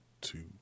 two